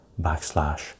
backslash